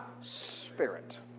spirit